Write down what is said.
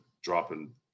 dropping